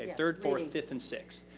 third, fourth, fifth, and sixth.